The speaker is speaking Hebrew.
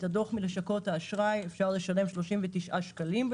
את הדוח מלשכות האשראי אפשר לקבל בתשלום של 39 שקלים.